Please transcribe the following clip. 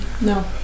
no